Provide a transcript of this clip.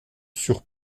sur